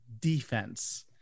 defense